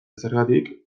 zergatik